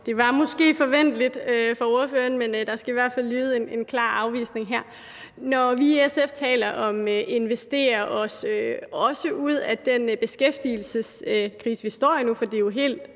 Det var måske forventeligt for ordføreren, men der skal i hvert fald lyde en klar afvisning herfra. Når vi i SF taler om at investere os ud af den beskæftigelseskrise, vi også står i nu – for det er jo helt